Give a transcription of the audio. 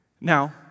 Now